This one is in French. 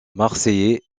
marseillais